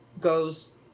goes